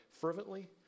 fervently